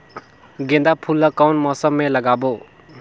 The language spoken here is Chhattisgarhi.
गेंदा फूल ल कौन मौसम मे लगाबो?